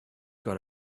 got